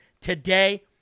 today